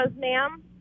ma'am